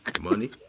money